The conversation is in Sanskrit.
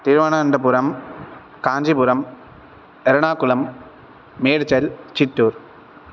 तिरुवनन्तपुरं काञ्चीपुरं एर्णाकुलं मेड्चेल् चित्तूर्